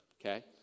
okay